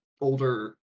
older